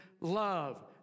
love